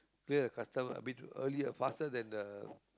clear the custom a bit earlier faster than the